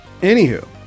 Anywho